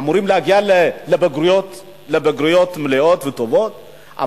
אמורים להגיע לבגרויות מלאות וטובות,